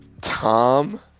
Tom